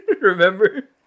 Remember